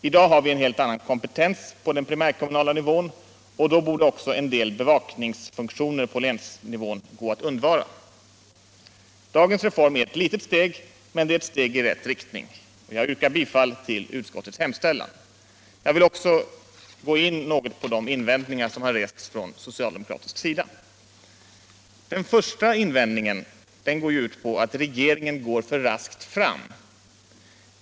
I dag har vi en helt annan kompetens på den primärkommunala nivån, och då borde också en del bevakningsfunktioner på länsnivån gå att undvara. Dagens reform är ett litet steg, men ett steg i rätt riktning. Jag yrkar bifall till utskottets hemställan. Jag vill också gå in något på de invändningar som rests från socialdemokratisk sida. Den första invändningen är att regeringen går för raskt fram.